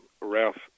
Ralph